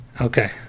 Okay